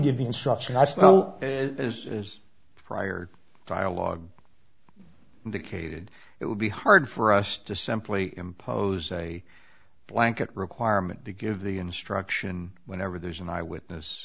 give the instruction i suppose as is prior to dialogue indicated it would be hard for us to simply impose a blanket requirement to give the instruction whenever there's an eyewitness